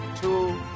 two